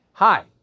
Hi